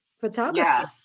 photography